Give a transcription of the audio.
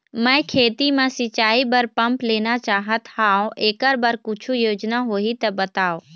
मैं खेती म सिचाई बर पंप लेना चाहत हाव, एकर बर कुछू योजना होही त बताव?